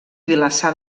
vilassar